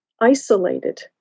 isolated